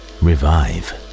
revive